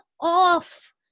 off